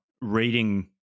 reading